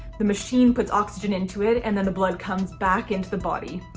the machine puts oxygen into it and then the blood comes back into the body.